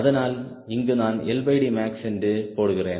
அதனால் இங்கு நான் max என்று போடுகிறேன்